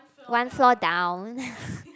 one floor down